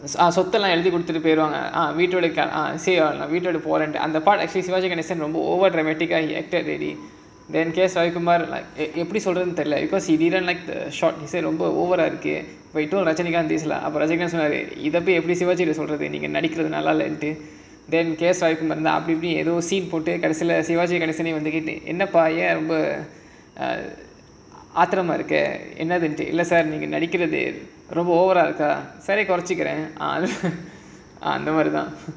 ah சொத்தெல்லாம் எழுதி கொடுத்துட்டு போய்டுவாங்க வீட்ட விட்டுட்டு போறேன்னு:sothellaam eluthi koduthuttu poi veeta vittu poraenu over dramatic I acted already then guess K S ravikumar க்கு எப்படி சொல்றதுன்னு தெரில:kku eppadi solrathunu theriyala because he didn't like the shot he said over and over again இருக்கே ரஜினிகாந்த்:irukkae rajinikanth then guess Rajinikanth சொன்னாரு இதை போய் எப்படி சிவாஜி கிட்ட சொல்றது நீங்க நடிக்குறது நல்லா இல்லனு:rajinikanth sonnaaru idha poi epdi sivaji kitta solrathu neenga nadikkurathu nallaa illanu then K S ravikumar வந்து அப்டி இப்டினு கடைசில சிவாஜி கணேசனே வந்துட்டு என்னப்பா என்ன ஏன் ரொம்ப ஆத்திரமா இருக்க இல்ல:vandhu apdi ipdinu kadaisila sivaji ganesanae vandhuttu ennappaa enna yaen romba aathiramaa irukka illa sir நீங்க நடிக்குறது ரொம்ப:neenga nadikurathu romba over ah இருக்கா சரி கொறச்சுக்குறேன் அந்த மாதிரி தான்:irukkaa sari korachukkuraen andha maadhiri thaan